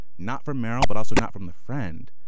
not from merrill, but also not from the friend.